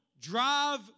drive